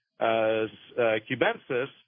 cubensis